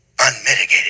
unmitigated